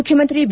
ಮುಖ್ಯಮಂತ್ರಿ ಬಿ